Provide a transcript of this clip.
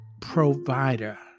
provider